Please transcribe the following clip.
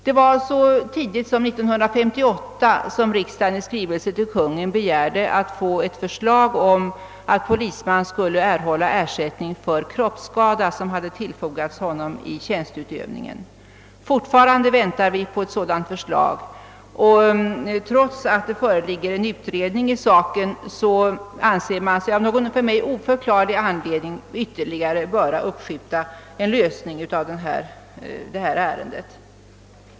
Redan år 1958 begärde riksdagen i skrivelse till Kungl. Ma:t förslag om att polisman skall erhålla ersättning för kroppsskada som tillfogats honom under tjänsteutövning. Fortfarande väntar vi på ett sådant förslag, och trots att det föreligger en utredning i saken anser man sig av någon för mig oförklarlig anledning tydligen böra uppskjuta en lösning av frågan.